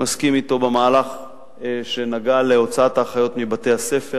מסכים אתו בנוגע למהלך של הוצאת האחיות מבתי-הספר.